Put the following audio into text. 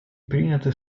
приняты